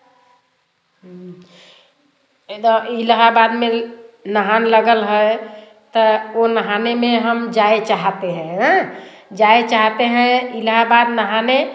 इधर इलाहाबाद में नहाने लगते हैं तो वह नहाने में हम जाना चाहते हैं हम जाएँ चाहते हैं इलाहाबाद नहाने